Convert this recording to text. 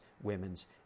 Women's